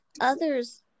others